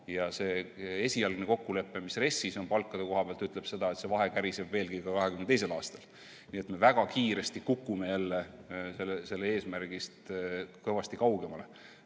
ka. Esialgne kokkulepe, mis RES-is on palkade kohta, näitab seda, et see vahe käriseb veelgi ka 2022. aastal. Nii et me väga kiiresti kukume jälle sellest eesmärgist kõvasti kaugemale.